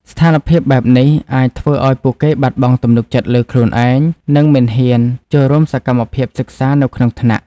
ស្ថានភាពបែបនេះអាចធ្វើឱ្យពួកគេបាត់បង់ទំនុកចិត្តលើខ្លួនឯង និងមិនហ៊ានចូលរួមសកម្មភាពសិក្សានៅក្នុងថ្នាក់។